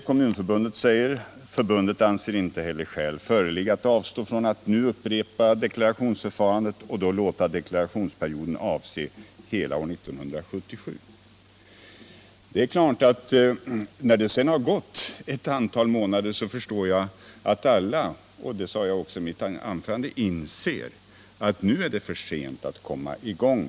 Kommunförbundet säger: Förbundet anser inte heller skäl föreligga att avstå från att nu upprepa deklarationsförfarandet och då låta deklarationsperioden avse hela år 1977. 69 När det sedan har gått ett antal månader är det klart — det sade jag också i mitt anförande — att alla inser att nu är det för sent att komma i gång.